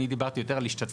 אני דיברתי יותר על השתתפות